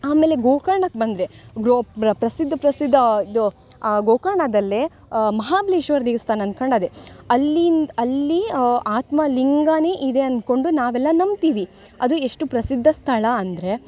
ಆಮೇಲೆ ಗೋಕರ್ಣಕ್ಕೆ ಬಂದರೆ ಗ್ರೋಪ್ ಬ್ರ ಪ್ರಸಿದ್ಧ ಪ್ರಸಿದ್ಧ ಇದು ಗೋಕರ್ಣದಲ್ಲೇ ಮಹಾಬ್ಲೇಶ್ವರ ದೇವ್ಸ್ಥಾನ ಅನ್ಕಂಡು ಇದೆ ಅಲ್ಲಿಂದ ಅಲ್ಲಿ ಆತ್ಮಲಿಂಗವೇ ಇದೆ ಅಂದ್ಕೊಂಡು ನಾವೆಲ್ಲ ನಂಬ್ತೀವಿ ಅದು ಎಷ್ಟು ಪ್ರಸಿದ್ಧ ಸ್ಥಳ ಅಂದರೆ